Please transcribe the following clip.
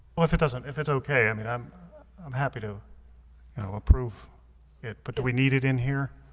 well if it doesn't if it's okay, i mean i'm i'm happy to approve it but do we need it in here,